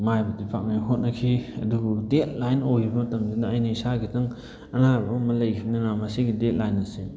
ꯃꯥꯏꯕꯨꯗꯤ ꯄꯥꯛꯅꯤꯡꯉꯥꯏ ꯍꯣꯠꯅꯈꯤ ꯑꯗꯨꯕꯨ ꯗꯦꯠ ꯂꯥꯏꯟ ꯑꯣꯏꯕ ꯃꯇꯝꯁꯤꯅ ꯑꯩꯅ ꯏꯁꯥ ꯈꯤꯇꯪ ꯑꯅꯥꯕ ꯑꯃ ꯑꯃ ꯂꯩꯈꯤꯕꯅꯤꯅ ꯃꯁꯤꯒꯤ ꯗꯦꯠ ꯂꯥꯏꯟ ꯑꯁꯦ